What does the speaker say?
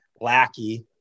lackey